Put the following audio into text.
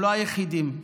היחידים.